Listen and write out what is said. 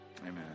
Amen